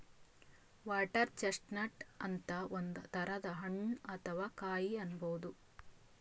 water chestnut ಅಂತ್ ಒಂದ್ ತರದ್ ಹಣ್ಣ್ ಅಥವಾ ಕಾಯಿ ಅನ್ಬಹುದ್